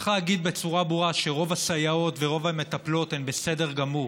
צריך להגיד בצורה ברורה שרוב הסייעות ורוב המטפלות הן בסדר גמור,